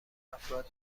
افراد